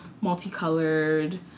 multicolored